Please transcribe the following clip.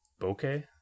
Bokeh